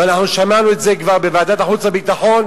ואנחנו שמענו את זה כבר בוועדת החוץ והביטחון,